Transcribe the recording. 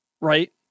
Right